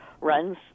runs